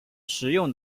食用